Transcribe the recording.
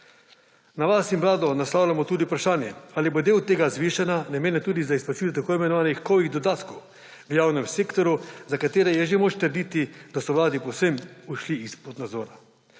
Na vas in Vlado naslavljamo tudi vprašanje, ali bo del tega zvišanja namenjen tudi za izplačilo tako imenovanih covid dodatkov v javnem sektorju, za katere je že moč trditi, da so Vladi povsem ušli izpod nadzora.